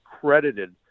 credited